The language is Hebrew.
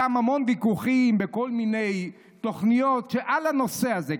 המון ויכוחים בכל מיני תוכניות על הנושא הזה,